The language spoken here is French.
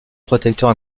protecteur